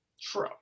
True